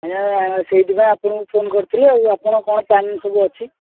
ଆଜ୍ଞା ସେଇଥି ପାଇଁ ଆପଣଙ୍କୁ ଫୋନ୍ କରିଥିଲି ଆଉ ଆପଣଙ୍କର କ'ଣ ପ୍ଲାନିଂ ସବୁ ଅଛି